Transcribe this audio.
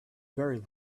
very